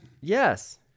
Yes